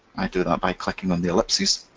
i do that by clicking on the ellipsis.